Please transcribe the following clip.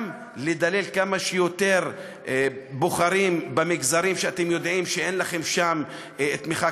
גם לדלל כמה שיותר בוחרים במגזרים שאתם יודעים שאין לכם בהם תמיכה.